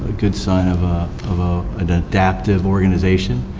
ah good sign of ah um ah an adaptive organization,